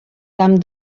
camp